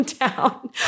town